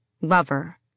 Lover